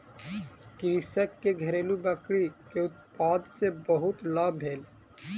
कृषक के घरेलु बकरी के उत्पाद सॅ बहुत लाभ भेल